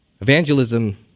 Evangelism